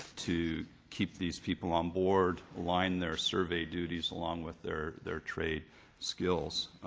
to keep these people onboard, align their survey duties along with their their trade skills.